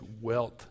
wealth